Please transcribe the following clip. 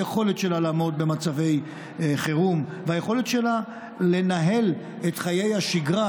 היכולת שלה לעמוד במצבי חירום והיכולת שלה לנהל את חיי השגרה,